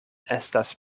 estas